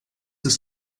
ist